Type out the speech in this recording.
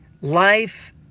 life